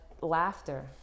Laughter